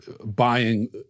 buying